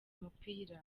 umupira